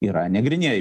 yra negrynieji